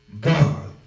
God